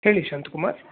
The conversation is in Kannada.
ಹೇಳಿ ಶಾಂತಕುಮಾರ್